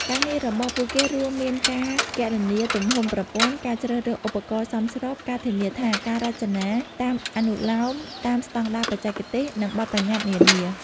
ការងាររបស់ពួកគេរួមមានការគណនាទំហំប្រព័ន្ធ ការជ្រើសរើសឧបករណ៍សមស្រប ការធានាថាការរចនាតាមអនុលោម តាមស្តង់ដារបច្ចេកទេស និងបទប្បញ្ញត្តិនានា។